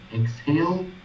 exhale